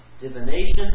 Divination